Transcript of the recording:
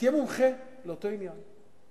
ותהיה מומחה לאותו עניין.